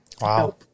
Wow